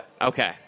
okay